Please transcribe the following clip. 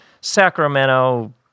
Sacramento